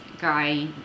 guy